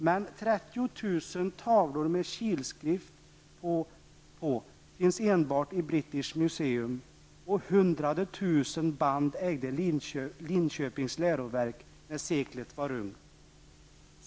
Men trettiotusen tavlor med kilskrift på finns enbart i British Museum, och hundradetusen band ägde Linköpings läroverk när seklet var ungt.